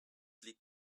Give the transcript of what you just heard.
liegt